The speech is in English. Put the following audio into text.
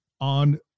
on